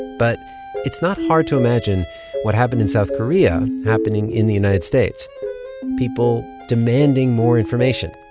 but it's not hard to imagine what happened in south korea happening in the united states people demanding more information.